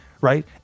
Right